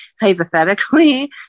hypothetically